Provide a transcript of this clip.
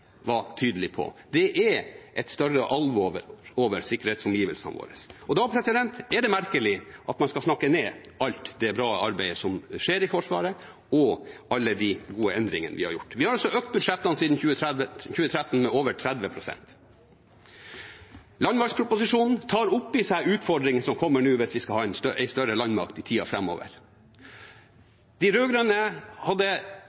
var tydelig på. Det er et større alvor over sikkerhetsomgivelsene våre. Da er det merkelig at man skal snakke ned alt det bra arbeidet som blir gjort i Forsvaret, og alle de gode endringene vi har gjort. Vi har siden 2013 økt budsjettene med over 30 pst. Landmaktproposisjonen tar opp i seg utfordringene som kommer nå hvis vi skal ha en større landmakt i tida framover. De rød-grønne hadde